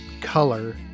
color